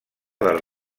del